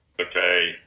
Okay